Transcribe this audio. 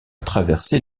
traversé